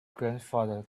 grandfather